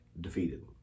defeated